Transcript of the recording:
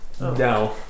No